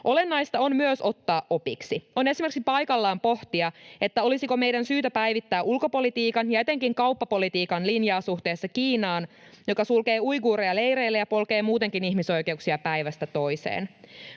Olennaista on myös ottaa opiksi. On esimerkiksi paikallaan pohtia, että olisiko meidän syytä päivittää ulkopolitiikan ja etenkin kauppapolitiikan linjaa suhteessa Kiinaan, joka sulkee uiguureja leireille ja polkee muutenkin ihmisoikeuksia päivästä toiseen.